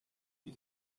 die